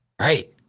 Right